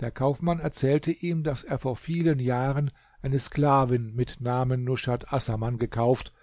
der kaufmann erzählte ihm daß er vor vielen jahren eine sklavin mit namen nushat assaman gekauft